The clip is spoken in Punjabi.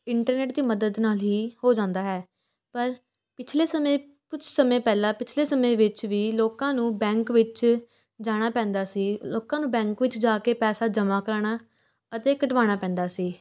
ਇੰਟਰਨੈੱਟ ਦੀ ਮਦਦ ਨਾਲ਼ ਹੀ ਹੋ ਜਾਂਦਾ ਹੈ ਪਰ ਪਿਛਲੇ ਸਮੇਂ ਕੁਛ ਸਮੇਂ ਪਹਿਲਾਂ ਪਿਛਲੇ ਸਮੇਂ ਵਿੱਚ ਵੀ ਲੋਕਾਂ ਨੂੰ ਬੈਂਕ ਵਿੱਚ ਜਾਣਾ ਪੈਂਦਾ ਸੀ ਲੋਕਾਂ ਨੂੰ ਬੈਂਕ ਵਿੱਚ ਜਾ ਕੇ ਪੈਸਾ ਜਮ੍ਹਾਂ ਕਰਵਾਉਣਾ ਅਤੇ ਕਢਵਾਉਣਾ ਪੈਂਦਾ ਸੀ